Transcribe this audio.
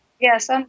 Yes